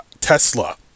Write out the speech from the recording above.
Tesla